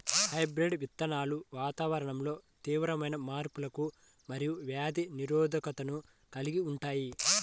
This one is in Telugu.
హైబ్రిడ్ విత్తనాలు వాతావరణంలో తీవ్రమైన మార్పులకు మరియు వ్యాధి నిరోధకతను కలిగి ఉంటాయి